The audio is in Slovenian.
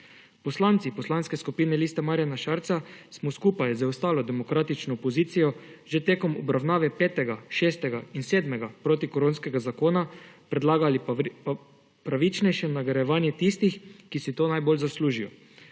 Poslanci Poslanske skupine Liste Marjana Šarca smo skupaj z ostalo demokratično opozicijo že tekom obravnave petega, šestega in sedmega protikoronskega zakona predlagali pravičnejše nagrajevanje tistih, ki si to najbolj zaslužijo,